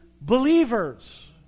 believers